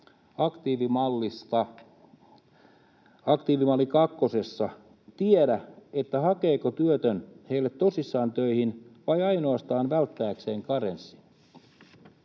kutsutussa aktiivimalli kakkosessa tiedä, hakeeko työtön heille tosissaan töihin vai ainoastaan välttääkseen karenssin.